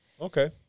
Okay